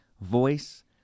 voice